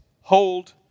hold